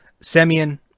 Semyon